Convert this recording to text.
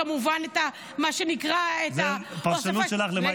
כמובן --- זה פרשנות שלך למה התכוונתי.